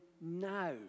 now